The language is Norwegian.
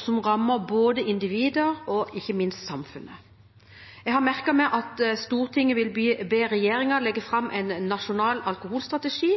som rammer både individer og ikke minst samfunn. Jeg har merket meg at Stortinget vil be regjeringen legge fram en nasjonal alkoholstrategi